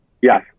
Yes